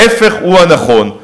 ההפך הוא הנכון.